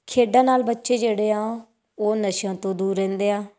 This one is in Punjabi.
ਖੇਡਾਂ ਨਾਲ ਬੱਚੇ ਜਿਹੜੇ ਆ ਉਹ ਨਸ਼ਿਆਂ ਤੋਂ ਦੂਰ ਰਹਿੰਦੇ ਆ